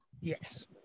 Yes